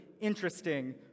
interesting